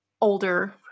older